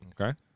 Okay